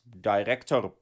director